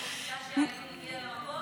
הוא לא וידא שהאיום הגיע למקום?